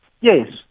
yes